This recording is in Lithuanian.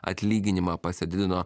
atlyginimą pasididino